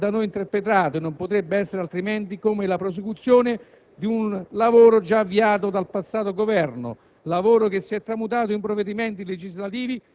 Il presente decreto-legge del Governo è da noi interpretato, e non potrebbe essere altrimenti, come la prosecuzione di un lavoro già avviato dal passato Governo,